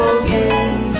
again